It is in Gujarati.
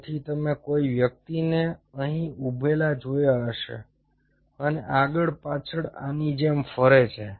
તેથી તમે કોઈ વ્યક્તિને અહીં ઉભેલા જોયા હશે અને આ આગળ પાછળ આની જેમ ફરે છે